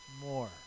more